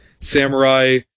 samurai